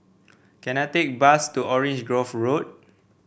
can I take a bus to Orange Grove Road